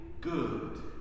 good